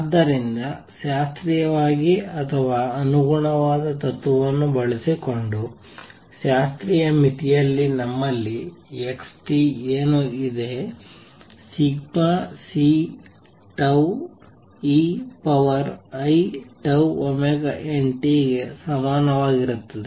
ಆದ್ದರಿಂದ ಶಾಸ್ತ್ರೀಯವಾಗಿ ಅಥವಾ ಅನುಗುಣವಾದ ತತ್ವವನ್ನು ಬಳಸಿಕೊಂಡು ಶಾಸ್ತ್ರೀಯ ಮಿತಿಯಲ್ಲಿ ನಮ್ಮಲ್ಲಿ x ಏನು ಇದೆ ಅದು ∑Ceiτωnt ಗೆ ಸಮಾನವಾಗಿರುತ್ತದೆ